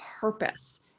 purpose